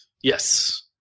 Yes